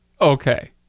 okay